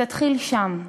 תתחיל שם.